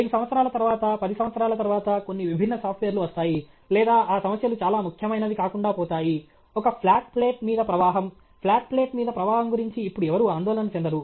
5 సంవత్సరాల తరువాత 10 సంవత్సరాల తరువాత కొన్ని విభిన్న సాఫ్ట్వేర్లు వస్తాయి లేదా ఆ సమస్యలు చాలా ముఖ్యమైనవి కాకుండా పోతాయి ఒక ఫ్లాట్ ప్లేట్ మీద ప్రవాహం ఫ్లాట్ ప్లేట్ మీద ప్రవాహం గురించి ఇప్పుడు ఎవరూ ఆందోళన చెందరు